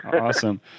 awesome